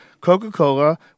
Coca-Cola